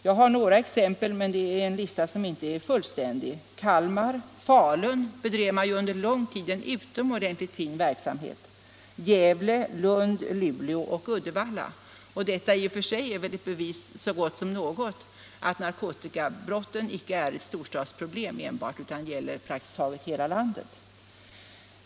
Jag har några exempel, men min lista är inte fullständig: Kalmar, Falun — där bedrev man under lång tid en utomordentligt fin verksamhet —-, Gävle, Lund, Luleå och Uddevalla. Det är väl i och för sig ett bevis så gott som något för att narkotikabrotten icke enbart är ett storstadsproblem utan gäller praktiskt taget hela landet.